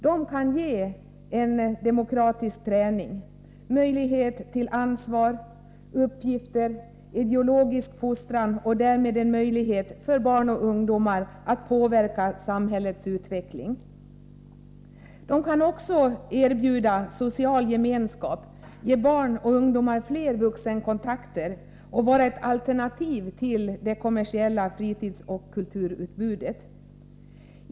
De kan ge demokratisk träning, möjlighet till ansvar, uppgifter, ideologisk fostran och därmed en möjlighet för barn och ungdomar att påverka samhällets utveckling. De kan också erbjuda social gemenskap, ge barn och ungdomar fler vuxenkontakter och vara ett alternativ till det kommersiella fritidsoch kulturutbudet.